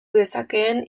dezakeen